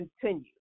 continue